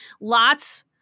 Lots